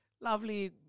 lovely